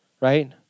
right